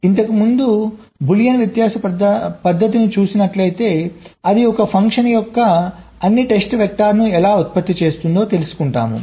ఇంతకుముందు బూలియన్ వ్యత్యాస పద్ధతిని చూసినట్లయితే అది ఒక ఫంక్షన్ యొక్క అన్నీ టెస్ట్ వేక్టార్ ను ఎలా ఉత్పత్తి చేస్తుంది తెలుసుకుంటాము